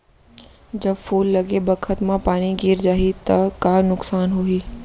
जब फूल लगे बखत म पानी गिर जाही त का नुकसान होगी?